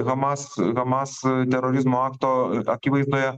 hamas hamas terorizmo akto akivaizdoje